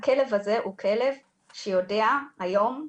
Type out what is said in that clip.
הכלב הזה הוא כלב שיודע היום,